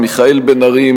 מיכאל בן-ארי,